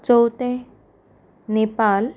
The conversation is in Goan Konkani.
चवथें नेपाल